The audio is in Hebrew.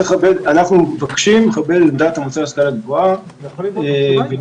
אנחנו מבקשים לכבד את דעת המועצה להשכלה גבוהה ולנקוט